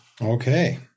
Okay